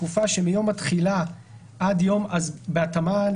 בתקופה שמיום התחילה עד יום בהתאמה,